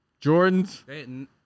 Jordans